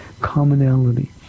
commonality